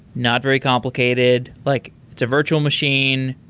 not very complicated. like it's a virtual machine.